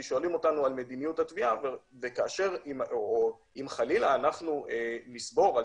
שואלים אותנו על מדיניות התביעה ואם חלילה נסבור על